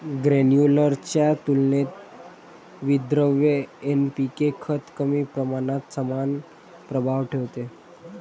granular च्या तुलनेत विद्रव्य एन.पी.के खत कमी प्रमाणात समान प्रभाव ठेवते